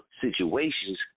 situations